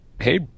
Hey